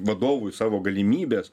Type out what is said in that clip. vadovui savo galimybes